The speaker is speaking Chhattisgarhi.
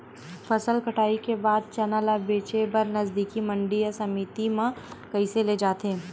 फसल कटाई के बाद चना ला बेचे बर नजदीकी मंडी या समिति मा कइसे ले जाथे?